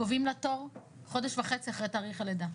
קובעים לה תור חודש וחצי אחרי תאריך הלידה,